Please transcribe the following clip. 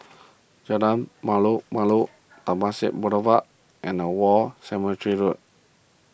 Jalan Malu Malu Temasek Boulevard and War Cemetery Road